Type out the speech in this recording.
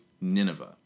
Nineveh